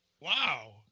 Wow